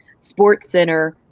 SportsCenter